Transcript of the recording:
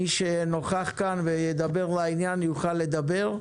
מי שנוכח כאן וידבר לעניין יוכל לדבר,